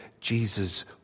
Jesus